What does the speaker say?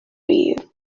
you